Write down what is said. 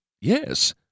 yes